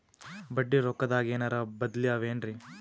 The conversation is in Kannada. ಬಡ್ಡಿ ರೊಕ್ಕದಾಗೇನರ ಬದ್ಲೀ ಅವೇನ್ರಿ?